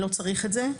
לא צריך את זה.